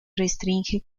restringe